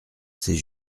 c’est